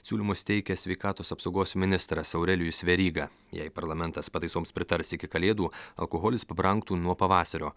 siūlymus teikia sveikatos apsaugos ministras aurelijus veryga jei parlamentas pataisoms pritars iki kalėdų alkoholis pabrangtų nuo pavasario